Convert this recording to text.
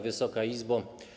Wysoka Izbo!